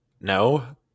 No